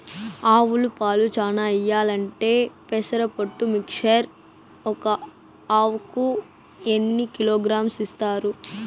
ఆవులు పాలు చానా ఇయ్యాలంటే పెసర పొట్టు మిక్చర్ ఒక ఆవుకు ఎన్ని కిలోగ్రామ్స్ ఇస్తారు?